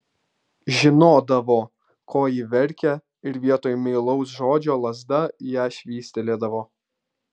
žinodavo ko ji verkia ir vietoj meilaus žodžio lazda į ją švystelėdavo